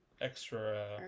extra